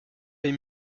les